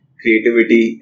creativity